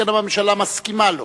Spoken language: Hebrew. שכן הממשלה מסכימה לה,